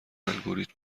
الگوریتم